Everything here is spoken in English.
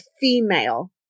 female